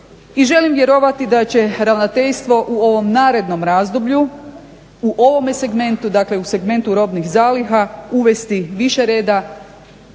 i želim vjerovati da će ravnateljstvo u ovom narednom razdoblju u ovome segmentu, dakle segmentu robnih zaliha uvesti više reda